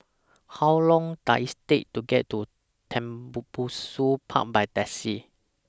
How Long Does IT Take to get to Tembubusu Park By Taxi